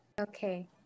okay